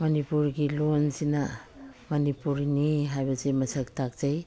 ꯃꯅꯤꯄꯨꯔꯒꯤ ꯂꯣꯟꯁꯤꯅ ꯃꯅꯤꯄꯨꯔꯅꯤ ꯍꯥꯏꯕꯁꯦ ꯃꯁꯛ ꯇꯥꯛꯆꯩ